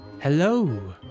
hello